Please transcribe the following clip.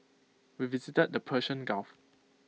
we visited the Persian gulf